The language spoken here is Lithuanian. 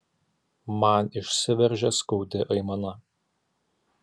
man išsiveržia skaudi aimana